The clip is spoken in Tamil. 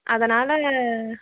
அதனால்